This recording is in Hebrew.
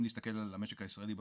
אם נסתכל על המשק הישראלי,